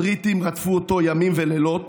הבריטים רדפו אותו ימים ולילות